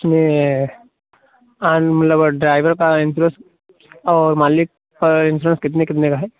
उसमें मतलब ड्राइवर का इन्श्योरेन्स और मालिक का इन्श्योरेन्स कितने कितने का है